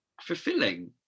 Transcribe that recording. fulfilling